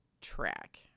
track